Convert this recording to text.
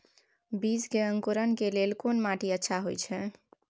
बीज के अंकुरण के लेल कोन माटी अच्छा होय छै?